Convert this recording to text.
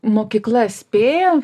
mokykla spėja